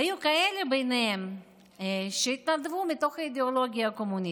היו כאלה ביניהם שהתנדבו מתוך אידיאולוגיה קומוניסטית,